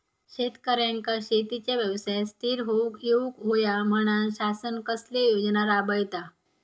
शेतकऱ्यांका शेतीच्या व्यवसायात स्थिर होवुक येऊक होया म्हणान शासन कसले योजना राबयता?